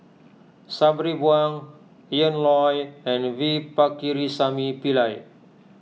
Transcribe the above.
Sabri Buang Ian Loy and V Pakirisamy Pillai